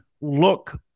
look